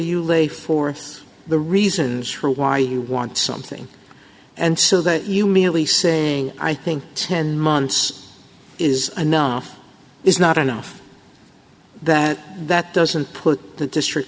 you lay forth the reasons for why you want something and so that you merely saying i think ten months is enough is not enough that that doesn't put the district